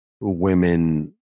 women